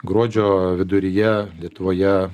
gruodžio viduryje lietuvoje